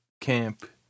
camp